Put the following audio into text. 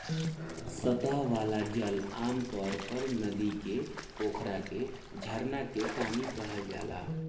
सतह वाला जल आमतौर पर नदी के, पोखरा के, झरना के पानी कहल जाला